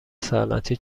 صنعتی